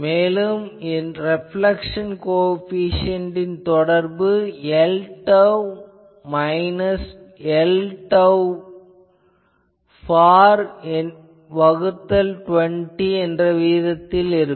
மேலும் ரெப்லேக்சன் கோஎபிசியென்ட்டின் தொடர்பு Lr minus Lr far வகுத்தல் 20 ஆகும்